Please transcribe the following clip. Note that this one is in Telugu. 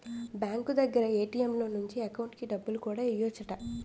బ్యాంకు దగ్గర ఏ.టి.ఎం లో నుంచి ఎకౌంటుకి డబ్బులు కూడా ఎయ్యెచ్చట